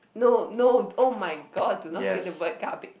no no oh-my-god do not say the word garbage